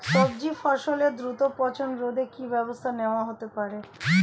সবজি ফসলের দ্রুত পচন রোধে কি ব্যবস্থা নেয়া হতে পারে?